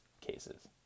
cases